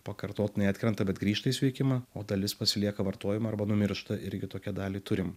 pakartotinai atkrenta bet grįžta į sveikimą o dalis pasilieka vartojimo arba numiršta irgi tokią dalį turim